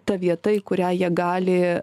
ta vieta į kurią jie gali